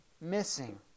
missing